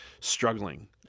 struggling